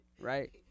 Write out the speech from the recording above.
right